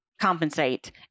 compensate